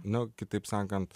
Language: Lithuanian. nu kitaip sakant